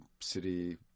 city